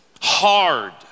hard